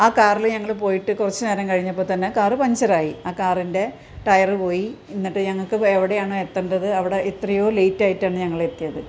ആ കാറിൽ ഞങ്ങൾ പോയിട്ട് കുറച്ച് നേരം കഴിഞ്ഞപ്പോൾത്തന്നെ ആ കാറ് പഞ്ചറായി ആ കാറിന്റെ ടയറ് പോയി എന്നിട്ട് ഞങ്ങൾക്ക് എവിടെയാണോ എത്തേണ്ടത് അവിടെ എത്രയോ ലേറ്റായിട്ടാണ് ഞങ്ങളെത്തിയത്